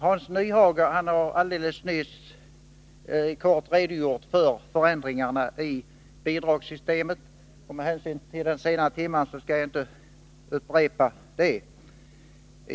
Hans Nyhage har nyss kort redogjort för förändringarna i bidragssystemet, och med hänsyn till den sena timmen skall jag inte upprepa det.